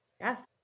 Yes